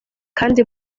kandi